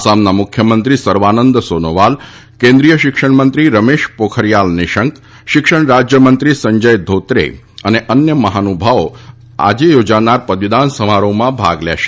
આસામના મુખ્યમંત્રી સર્વાનંદ સોનોવાલ કેન્દ્રીય શિક્ષણમંત્રી રમેશ પોખરીયાલ નિશંક શિક્ષણ રાજ્યમંત્રી સંજય ઘોત્રે અને અન્ય મહાનુભાવો આજે યોજનાર પદવીદન સમારોહમાં ભાગ લેશે